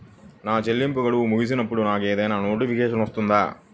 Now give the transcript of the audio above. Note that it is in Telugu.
నా చెల్లింపు గడువు ముగిసినప్పుడు నాకు ఏదైనా నోటిఫికేషన్ వస్తుందా?